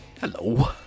Hello